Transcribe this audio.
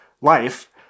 life